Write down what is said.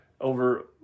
over